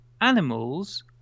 animals